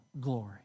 glory